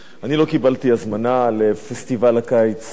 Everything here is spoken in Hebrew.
אני לא קיבלתי הזמנה לפסטיבל הקיץ,